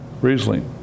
Riesling